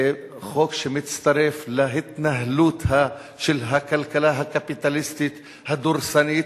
זה חוק שמצטרף להתנהלות של הכלכלה הקפיטליסטית הדורסנית.